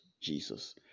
Jesus